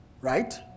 Right